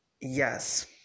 yes